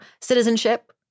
citizenship